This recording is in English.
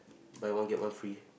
buy one get one free